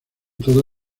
toda